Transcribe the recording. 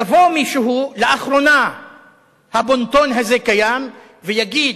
יבוא מישהו, לאחרונה הבון-טון הזה קיים, ויגיד: